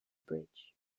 bridge